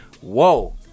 whoa